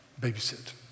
Babysit